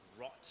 rot